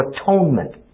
atonement